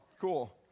cool